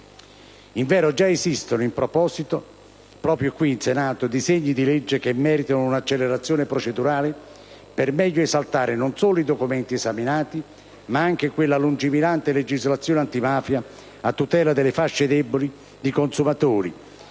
Invero già esistono al riguardo, proprio qui in Senato, disegni di legge che meritano un'accelerazione procedurale per meglio esaltare non solo i documenti esaminati, ma anche quella lungimirante legislazione antimafia a tutela delle fasce deboli di consumatori